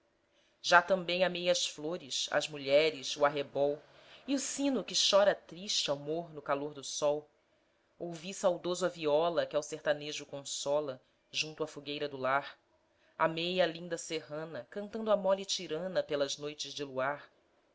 já também amei as flores as mulheres o arrebol e o sino que chora triste ao morno calor do sol ouvi saudoso a viola que ao sertanejo consola junto à fogueira do lar amei a linda serrana cantando a mole tirana pelas noites de luar